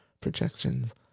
projections